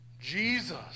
Jesus